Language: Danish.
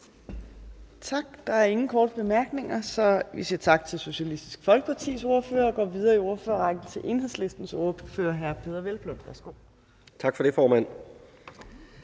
Torp): Der er ingen korte bemærkninger, så vi siger tak til Socialistisk Folkepartis ordfører og går videre i ordførerrækken til Enhedslistens ordfører, hr. Peder Hvelplund. Kl. 14:09 (Ordfører)